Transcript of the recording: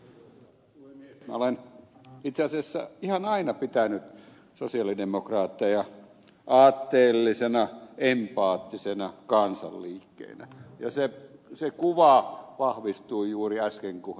minä olen itse asiassa ihan aina pitänyt sosialidemokraatteja aatteellisena empaattisena kansanliikkeenä ja se kuva vahvistui juuri äsken kun ed